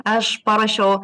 aš paruošiau